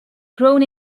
grown